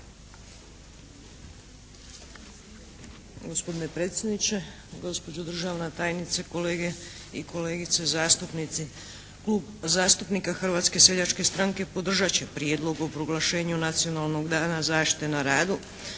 Gospodine predsjedniče, gospođo državna tajnice, kolege i kolegice zastupnici. Klub zastupnika Hrvatske seljačke stranke podržat će prijedlog o proglašenju Nacionalnog dana zaštite na radu